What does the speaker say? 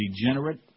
degenerate